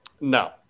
No